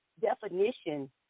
definition